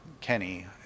Kenny